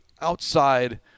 outside